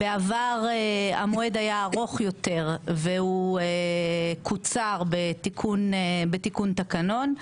בעבר המועד היה ארוך יותר והוא קוצר בתיקון תקנון.